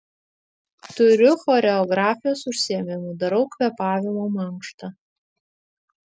turiu choreografijos užsiėmimų darau kvėpavimo mankštą